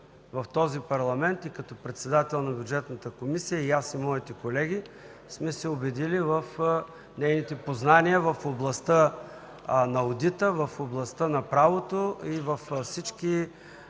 в този парламент и като председател на Бюджетната комисия аз и моите колеги сме се убедили в нейните познания в областта на одита, в областта на правото и в